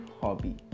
hobby